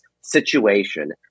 Situation